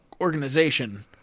organization